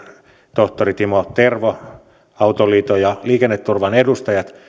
professori timo tervo ja autoliiton ja liikenneturvan edustajat